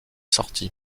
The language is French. sorties